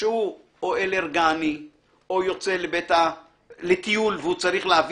שהוא או אלרגני או יוצא לטיול והוא צריך להביא